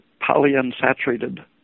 polyunsaturated